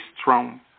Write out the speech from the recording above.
strong